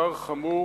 דבר חמור,